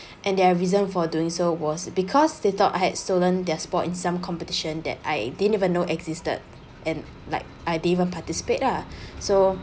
and there are reasons for doing so was because they thought I had stolen their spot in some competition that I didn't even know existed and like I didn't even participate lah so